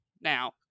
Now